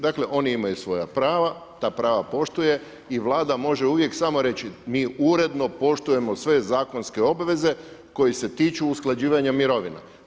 Dakle oni imaju svoja prava, ta prava poštuje i Vlada može uvijek samo reći mi uredno poštujemo sve zakonske obveze koji se tiču usklađivanja mirovina.